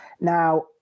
Now